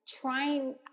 trying